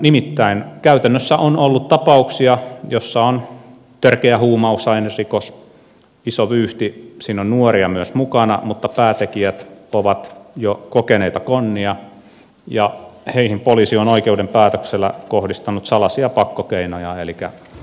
nimittäin käytännössä on ollut tapauksia joissa on törkeä huumausainerikos iso vyyhti siinä on nuoria myös mukana mutta päätekijät ovat jo kokeneita konnia ja heihin poliisi on oikeuden päätöksellä kohdistanut salaisia pakkokeinoja eli lähinnä telekuuntelua